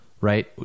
Right